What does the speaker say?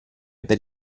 per